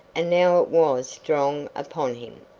and now it was strong upon him.